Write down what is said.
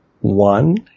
one